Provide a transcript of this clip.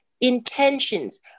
intentions